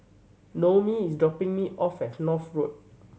Noemi is dropping me off at North Road